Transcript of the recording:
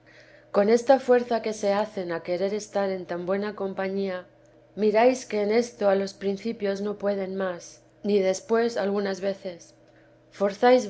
por esta fuerza que se hacen a querer estar en tan buena compañía miráis que en esto a los principios no pueden más ni después algunas veces